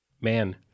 Man